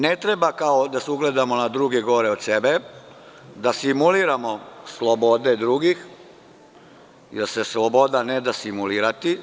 Ne treba da se ugledamo na gore od sebe, da simuliramo slobode drugih, jer se sloboda ne da simulirati.